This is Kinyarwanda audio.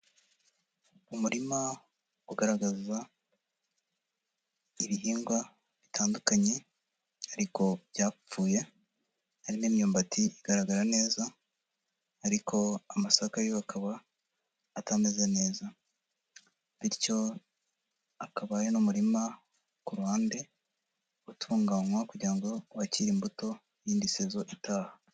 Umurima ugaragaza, ibihingwa bitandukanye, ariko byapfuye, hari n'imyumbati igaragara neza, ariko amasaka yo akaba atameze neza. Bityo akaba ari n'umurima ku ruhande, utunganywa kugira ngo wakire imbuto y'indi sezo itaha.